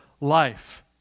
life